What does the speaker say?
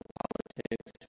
politics